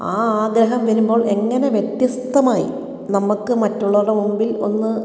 ആ ആഗ്രഹം വരുമ്പോൾ എങ്ങനെ വ്യത്യസ്തമായി നമുക്ക് മറ്റുള്ളവരുടെ മുൻപിൽ ഒന്ന്